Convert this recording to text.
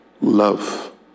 love